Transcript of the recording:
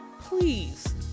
please